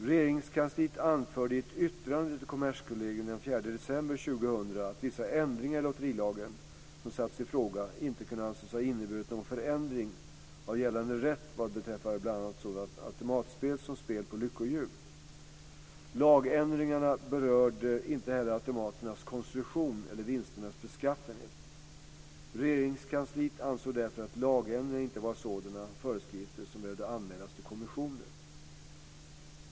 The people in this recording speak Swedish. Regeringskansliet anförde i ett yttrande till Kommerskollegium den 4 december 2000 att vissa ändringar i lotterilagen som satts i fråga inte kunde anses ha inneburit någon förändring av gällande rätt vad beträffar bl.a. sådant automatspel som spel på lyckohjul. Lagändringarna berörde inte heller automaternas konstruktion eller vinsternas beskaffenhet. Regeringskansliet ansåg därför att lagändringarna inte var sådana föreskrifter som behövde anmälas till kommissionen.